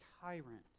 tyrant